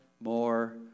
more